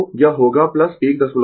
तो यह होगा 104